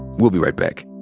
we'll be right back.